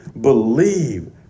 believe